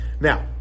now